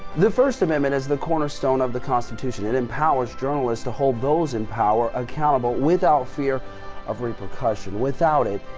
the first amendment is the cornerstone of the constitution. it empowers journalists to hold those in power accountable without fear of repercussion without it.